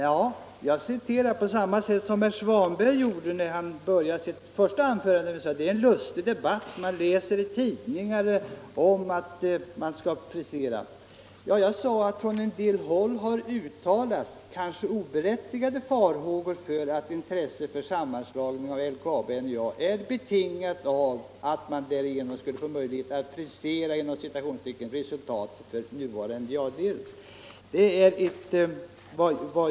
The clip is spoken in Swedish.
Ja, jag citerade på samma sätt som herr Svanberg gjorde i sitt första anförande, där han talade om att det blivit en lustig debatt omkring detta och att man läser i tidningarna att det gäller att frisera resultaten. Jag sade att det från en del håll har uttalats, kanske oberättigade, farhågor för att intresset för en sammanslagning av LKAB och NJA är betingat av att man därigenom skulle få möjlighet att ”frisera” resultaten för NJA.